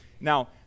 Now